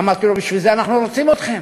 אמרתי לו: בשביל זה אנחנו רוצים אתכם.